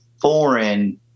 foreign